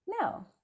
No